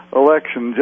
election